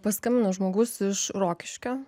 paskambino žmogus iš rokiškio